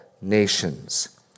nations